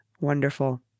Wonderful